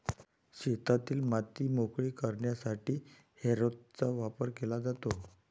शेतातील माती मोकळी करण्यासाठी हॅरोचा वापर केला जातो